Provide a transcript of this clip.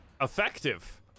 effective